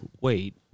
Wait